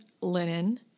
linen